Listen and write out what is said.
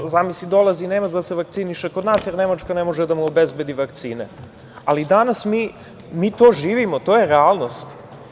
Zamisli, dolazi Nemac da se vakciniše kod nas, jer Nemačka ne može da mu obezbedi vakcine, ali danas mi to živimo, to je realnost.